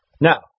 now